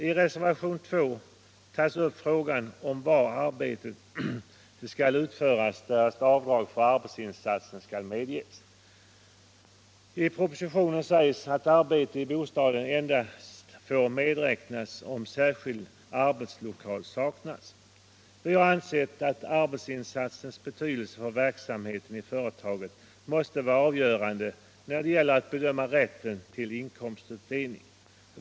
I reservationen 2 berörs frågan om var arbetet skall utföras för att avdrag för arbetsinsatsen skall medges. I propositionen sägs att arbete i bostaden endast får medräknas om särskild arbetslokal saknas. Vi har ansett att arbetsinsatsens betydelse för verksamheten i företaget måste vara avgörande när det gäller att bedöma rätten till inkomstuppdelning.